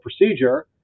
procedure